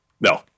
No